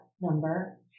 number